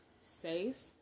safe